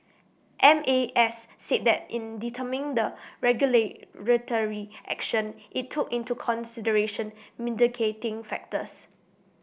M A S said that in determining the regulatory action it took into consideration mitigating factors